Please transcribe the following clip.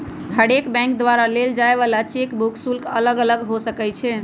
हरेक बैंक द्वारा लेल जाय वला चेक बुक शुल्क अलग अलग हो सकइ छै